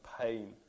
pain